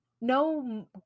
no